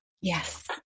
Yes